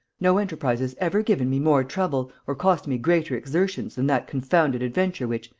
no enterprise has ever given me more trouble or cost me greater exertions than that confounded adventure which,